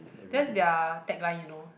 that's their tagline you know